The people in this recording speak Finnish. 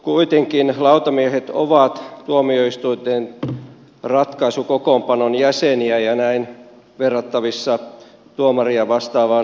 kuitenkin lautamiehet ovat tuomioistuinten ratkaisukokoonpanon jäseniä ja näin verrattavissa tuomaria vastaavaan asemaan